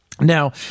Now